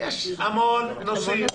יש המון נושאים.